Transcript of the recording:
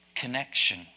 connection